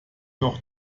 noch